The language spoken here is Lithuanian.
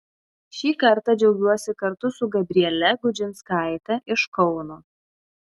šį kartą džiaugiuosi kartu su gabriele gudžinskaite iš kauno